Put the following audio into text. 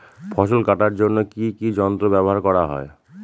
ফসল কাটার জন্য কি কি যন্ত্র ব্যাবহার করা হয়?